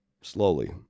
Slowly